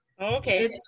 Okay